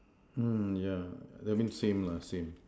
mm yeah that mean same lah same